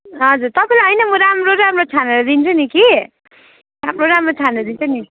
हजुर तपाईँलाई होइन म राम्रो राम्रो छानेर दिन्छु नि कि राम्रो राम्रो छानेर दिन्छु नि